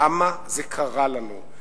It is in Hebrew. למה זה קרה לנו?